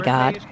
God